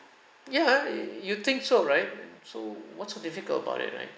ya you think so right so what's so difficult about it right